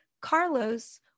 Carlos